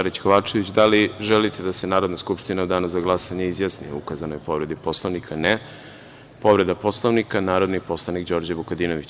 Da li želite da se Narodna skupština u danu za glasanje izjasni o ukazanoj povredi Poslovnika? (Ne.) Povreda Poslovnika, narodni poslanik Đorđe Vukadinović.